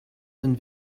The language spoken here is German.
sind